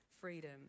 freedom